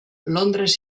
londres